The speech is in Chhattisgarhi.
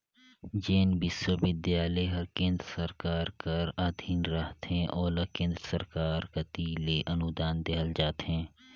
जेन बिस्वबिद्यालय हर केन्द्र सरकार कर अधीन रहथे ओला केन्द्र सरकार कती ले अनुदान देहल जाथे